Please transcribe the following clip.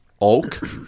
oak